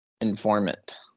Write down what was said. Informant